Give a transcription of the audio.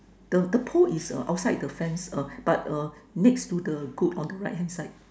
the the pole is uh outside the fence uh but uh next to the goods on the right hand side